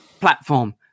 platform